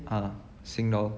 ah sing dollar